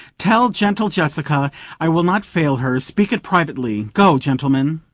tell gentle jessica i will not fail her speak it privately. go, gentlemen,